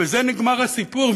בזה נגמר הסיפור.